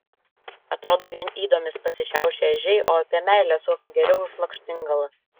atrodo vien ydomis pasišiaušę ežiai o apie meilę suokia geriau už lakštingalas